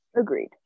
agreed